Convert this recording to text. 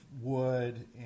wood